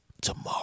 Tomorrow